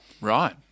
Right